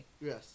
Yes